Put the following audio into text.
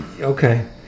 Okay